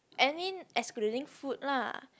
I mean excluding food lah